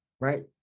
Right